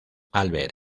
albert